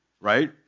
Right